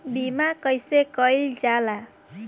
बीमा कइसे कइल जाला?